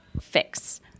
fix